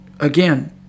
Again